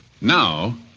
Now